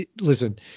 listen